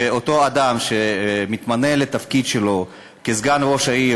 שאותו אדם שמתמנה לתפקיד שלו כסגן ראש העיר